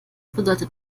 bedeutet